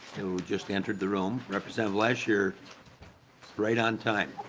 who just entered the room. representative lesch you are right on time.